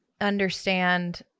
understand